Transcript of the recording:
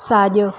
साॼो